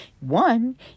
One